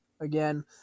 again